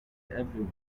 everyone